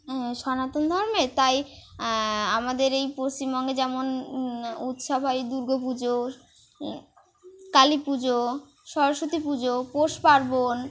হ্যাঁ সনাতন ধর্মে তাই আমাদের এই পশ্চিমবঙ্গে যেমন উৎসব হয় দুর্গা পুজো কালী পুজো সরস্বতী পুজো পৌষ পার্বণ